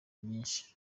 myinshi